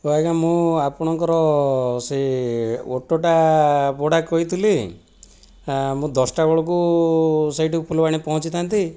ହଁ ଆଜ୍ଞା ମୁଁ ଆପଣଙ୍କର ସେହି ଅଟୋଟା ଭଡ଼ା କହିଥିଲି ମୁଁ ଦଶଟାବେଳକୁ ସେଇଠି ଫୁଲବାଣୀ ପହଞ୍ଚିଥାନ୍ତି